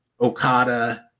Okada